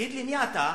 תגיד לי, מי אתה?